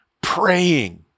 praying